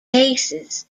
cases